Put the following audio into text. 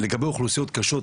לגבי אוכלוסיות קשות,